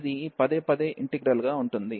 ఇది పదేపదే ఇంటిగ్రల్ గా ఉంటుంది